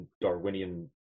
Darwinian